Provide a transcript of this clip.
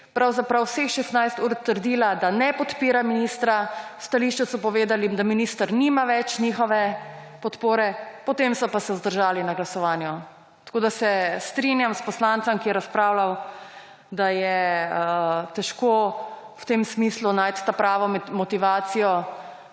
pravzaprav vseh 16 ur trdila, da ne podpira ministra, v stališču so povedali, da minister nima več njihove podpore, potem so se pa vzdržali na glasovanju. Tako da se strinjam s poslancem, ki je razpravljal, da je težko v tem smislu najti pravo motivacijo